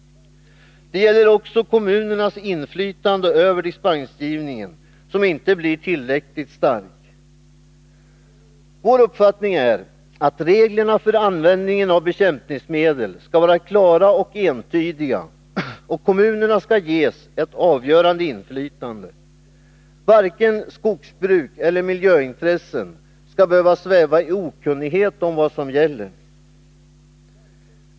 För det andra gäller det kommunernas inflytande över dispensgivningen, som inte blir tillräckligt starkt. Vår uppfattning är att reglerna för användningen av bekämpningsmedel skall vara klara och entydiga och att kommunerna skall ges ett avgörande inflytande. Varken skogsbruk eller miljöintressen skall behöva sväva i okunnighet om vad som gäller.